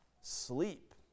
sleep